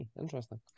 Interesting